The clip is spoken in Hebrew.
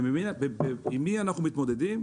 ועם מי אנחנו מתמודדים?